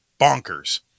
bonkers